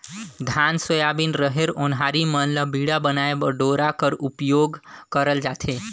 धान, सोयाबीन, रहेर, ओन्हारी मन ल बीड़ा बनाए बर डोरा कर उपियोग करल जाथे